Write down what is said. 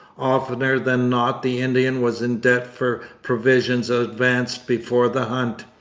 oftener than not the indian was in debt for provisions advanced before the hunt.